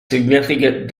significant